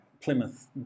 Plymouth